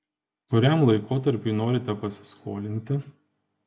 kuriam laikotarpiui norite pasiskolinti